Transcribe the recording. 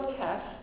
cash